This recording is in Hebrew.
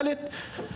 ד',